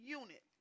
unit